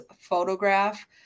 photograph